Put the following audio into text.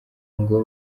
ngo